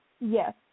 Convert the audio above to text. Yes